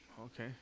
Okay